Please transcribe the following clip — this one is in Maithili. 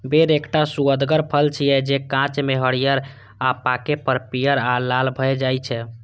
बेर एकटा सुअदगर फल छियै, जे कांच मे हरियर आ पाके पर पीयर आ लाल भए जाइ छै